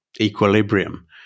equilibrium